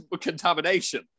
contamination